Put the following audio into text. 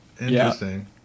Interesting